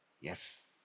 Yes